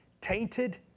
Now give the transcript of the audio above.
tainted